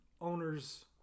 owners